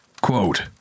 Quote